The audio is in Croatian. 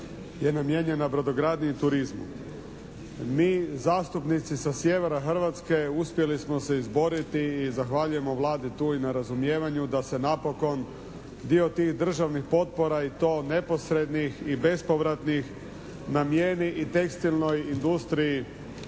je namijenjena brodogradnji i turizmu. Mi zastupnici sa sjevera Hrvatske uspjeli smo se izboriti i zahvaljujemo Vladi tu i na razumijevanju da se napokon dio tih državnih potpora i to neposrednih i bespovratnih namijeni i tekstilnoj industriji